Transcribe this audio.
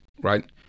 right